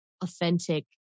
authentic